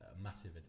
massive